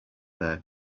their